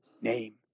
name